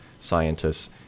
scientists